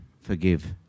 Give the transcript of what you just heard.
forgive